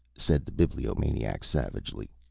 said the bibliomaniac, savagely.